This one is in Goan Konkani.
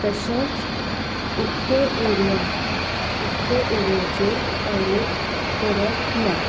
तशेंच उक्ते एरया उक्ते एरयाचेर टॉयलेट करप ना